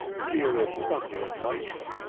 fear of thunder and lightning,